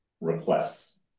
requests